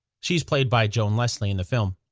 she's played by joan leslie in the film.